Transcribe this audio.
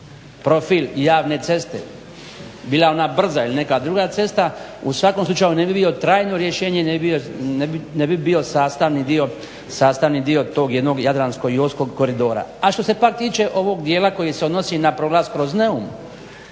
profil javne ceste bila ona brza ili neka druga cesta, u svakom slučaju ne bi bio trajno rješenje, ne bi bio sastavni dio tog jednog jadranskog i Oskog koridora. A što se pak tiče ovog dijela koji se odnosi na prolaz kroz Neum